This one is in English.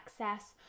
access